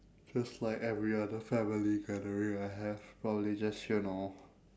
just like every other family gathering I have probably just you know